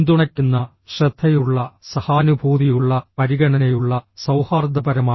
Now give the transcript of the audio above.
പിന്തുണയ്ക്കുന്ന ശ്രദ്ധയുള്ള സഹാനുഭൂതിയുള്ള പരിഗണനയുള്ള സൌഹാർദ്ദപരമായ